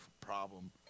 problem